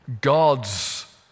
God's